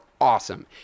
awesome